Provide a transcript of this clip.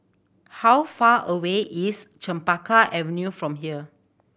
how far away is Chempaka Avenue from here